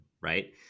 right